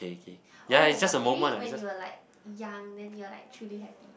oh but maybe when you are like young then you are like truly happy